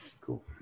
Cool